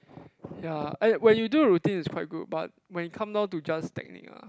ya and when you do the routine is quite good but when it come down to just technique ah